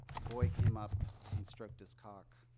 a boy came up and stroked his cock.